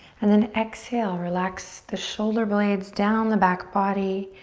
and then exhale, relax the shoulder blades down the back body,